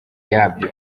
yabyo